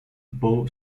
bow